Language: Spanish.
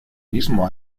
mismo